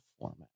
format